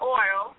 oil